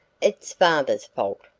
it's father's fault.